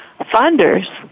funders